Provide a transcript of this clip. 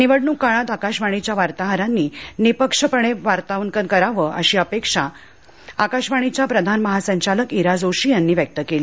निवडणूक काळात आकाशवाणीच्या वार्ताहरांनी निःपक्षपातीपणे वार्तांकन करावे अशी अपेक्षा आकाशवाणीच्या प्रधान महासंचालक इरा जोशी यांनी यावेळी व्यक्त केली